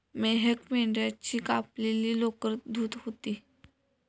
मेहक मेंढ्याची कापलेली लोकर धुत होती